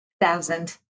Thousand